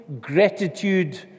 gratitude